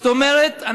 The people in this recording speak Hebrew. זאת אומרת,